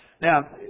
Now